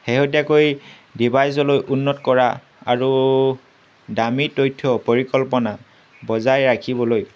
শেহতীয়াকৈ ডিভাইজলৈ উন্নত কৰা আৰু দামী তথ্য পৰিকল্পনা বজাই ৰাখিবলৈ